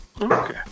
Okay